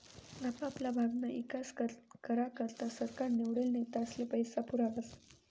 आपापला भागना ईकास करा करता सरकार निवडेल नेतास्ले पैसा पुरावस